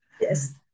yes